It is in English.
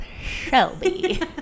Shelby